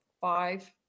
five